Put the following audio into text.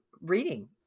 reading